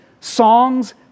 songs